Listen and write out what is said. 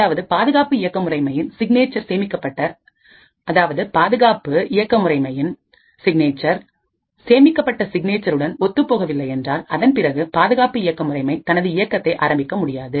அதாவது பாதுகாப்பு இயக்கமுறைமையின் சிக்னேச்சர் சேமிக்கப்பட்ட சிக்னேச்சர் உடன் ஒத்துப் போகவில்லை என்றால் அதன் பிறகு பாதுகாப்பு இயக்க முறைமை தனது இயக்கத்தை ஆரம்பிக்க முடியாது